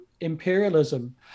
imperialism